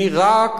היא רק